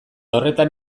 horretan